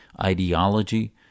ideology